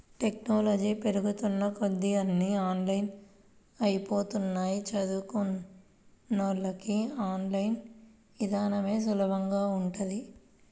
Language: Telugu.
టెక్నాలజీ పెరుగుతున్న కొద్దీ అన్నీ ఆన్లైన్ అయ్యిపోతన్నయ్, చదువుకున్నోళ్ళకి ఆన్ లైన్ ఇదానమే సులభంగా ఉంటది